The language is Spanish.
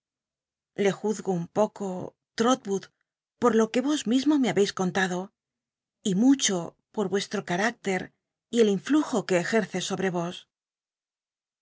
le juzgo un poco trólwood por lo c ue yos mismo me ha beis contado y mucho por uesto carácter y el inllujo que cjcce sobre vos